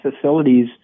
facilities